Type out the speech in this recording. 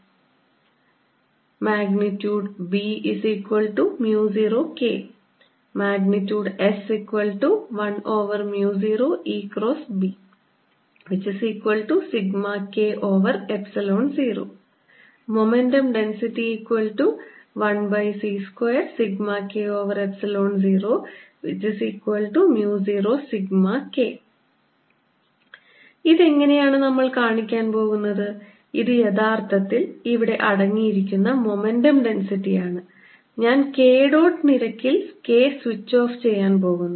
B0KS10EBσK0 momentum ഡെൻസിറ്റി1c2σK00σK ഇത് എങ്ങനെയാണ് നമ്മൾ കാണിക്കാൻ പോകുന്നത് ഇത് യഥാർത്ഥത്തിൽ ഇവിടെ അടങ്ങിയിരിക്കുന്ന മൊമെന്റം ഡെൻസിറ്റിയാണ് ഞാൻ K ഡോട്ട് നിരക്കിൽ K സ്വിച്ച് ഓഫ് ചെയ്യാൻ പോകുന്നു